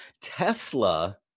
Tesla